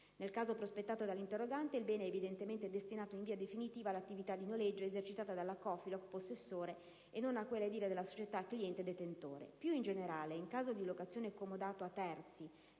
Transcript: Nel caso prospettato dall'interrogante, il bene è evidentemente destinato in via definitiva all'attività di noleggio esercitata dalla Cofiloc (possessore) e non a quella edile della società cliente (detentore). Più in generale in caso di locazione/comodato a terzi